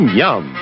yum